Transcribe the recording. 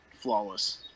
flawless